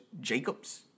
Jacobs